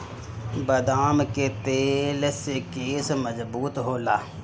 बदाम के तेल से केस मजबूत होला